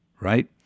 right